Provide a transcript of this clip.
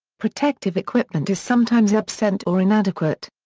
protective equipment is sometimes absent or inadequate.